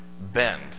bend